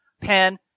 pen